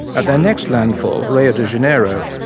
at their next landfall, rio de janeiro,